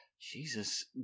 Jesus